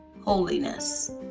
holiness